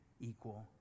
equal